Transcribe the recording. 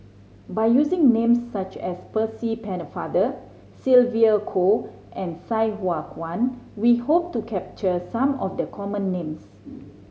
by using names such as Percy Pennefather Sylvia Kho and Sai Hua Kuan we hope to capture some of the common names